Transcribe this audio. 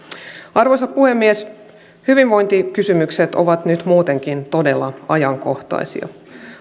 arvoisa puhemies hyvinvointikysymykset ovat nyt muutenkin todella ajankohtaisia